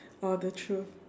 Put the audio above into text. or the truth